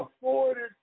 afforded